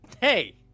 Hey